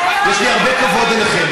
יש לי הרבה כבוד אליכם.